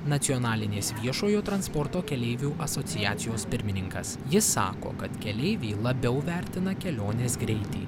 nacionalinės viešojo transporto keleivių asociacijos pirmininkas jis sako kad keleiviai labiau vertina kelionės greitį